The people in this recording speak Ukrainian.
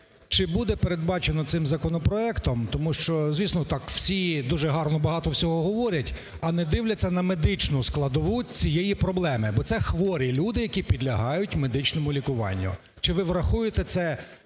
Чи буде передбачено цим законопроектом? Тому що, звісно, так всі дуже гарно багато всього говорять, а не дивляться на медичну складову цієї проблеми, бо це хворі люди, які підлягають медичному лікуванню. Чи ви врахуєте це